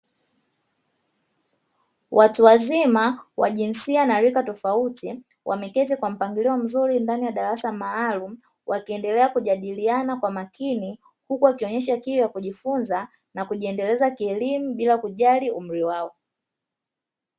Watu wazima wa jinsia na rika tofauti wameketi kwa mpangilio mzuri ndani ya darasa maalumu, wakiendelea kujadiliana kwa makini, huku wakionyesha kiu ya kujifunza na kujiendeleza kielimu bila kujali umri wao.